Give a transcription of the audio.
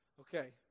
okay